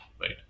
right